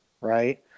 right